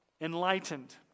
enlightened